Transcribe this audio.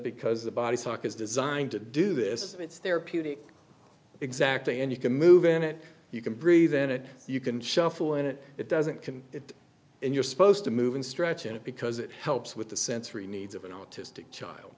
because the body is designed to do this it's therapeutic exactly and you can move in it you can breathe and it you can shuffle in it it doesn't can it and you're supposed to move and stretch in it because it helps with the sensory needs of an autistic child